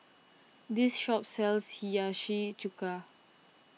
this shop sells Hiyashi Chuka